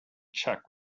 czech